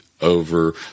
over